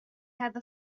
هذا